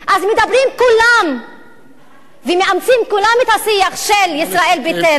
אז מדברים כולם ומאמצים כולם את השיח של ישראל ביתנו,